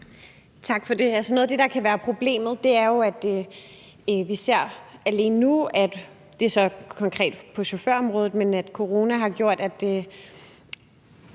Tak for det. Noget af det, der kan være problemet, er, at vi alene nu ser – det er så konkret på chaufførområdet – at corona har gjort, at der